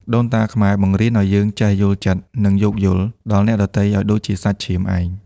ដូនតាខ្មែរបង្រៀនឱ្យយើងចេះ «យល់ចិត្ត» និង «យោគយល់» ដល់អ្នកដទៃឱ្យដូចជាសាច់ឈាមឯង។